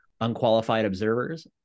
unqualifiedobservers